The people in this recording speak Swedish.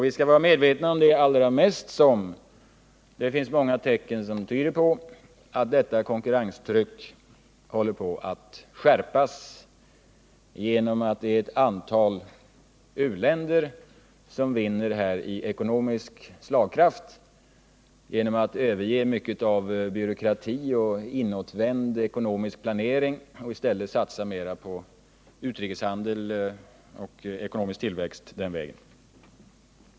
Vi skall vara medvetna om det allra mest som många tecken tyder på att detta konkurrenstryck håller på att skärpas genom att det är ett antal uländer som vinner i ekonomisk slagkraft tack vare att de övergett mycket av byråkrati och inåtvänd ekonomisk planering och i stället satsar mer på utrikeshandel och den vägen uppnår ekonomisk tillväxt.